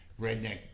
redneck